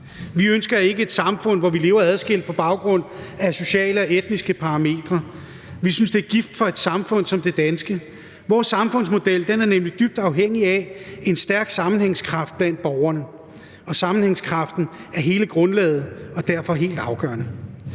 Vi ønsker ikke et samfund, hvor vi lever adskilt på baggrund af sociale og etniske parametre. Vi synes, det er gift for et samfund som det danske. Vores samfundsmodel er nemlig dybt afhængig af en stærk sammenhængskraft blandt borgerne, og sammenhængskraften er hele grundlaget og derfor helt afgørende.